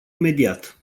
imediat